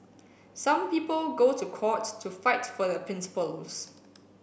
some people go to court to fight for their principles